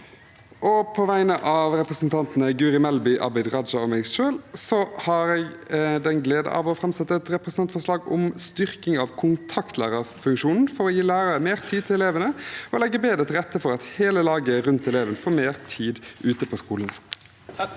på vegne av representantene Guri Melby, Abid Raja og meg selv har jeg gleden av å framsette et representantforslag om styrking av kontaktlærerfunksjonen for å gi lærere mer tid til elevene og legge bedre til rette for at hele laget rundt eleven får mer tid ute på skolene.